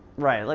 right,